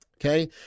Okay